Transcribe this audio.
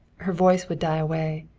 her voice would die away.